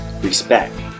respect